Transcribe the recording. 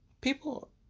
people